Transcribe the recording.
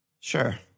Sure